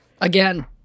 Again